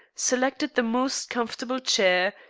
selected the most comfortable chair,